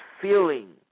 feeling